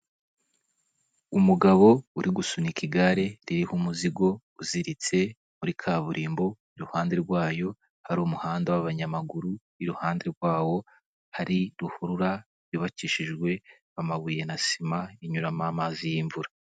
Umugabo uri gusunika igare ririho umuzigo uziritse, muri kaburimbo, iruhande rwayo hari umuhanda w'abanyamaguru, iruhande rwawo hari ruhurura yubakishijwe amabuye na sima inyuramo amazi y'imvura.